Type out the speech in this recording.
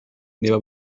niba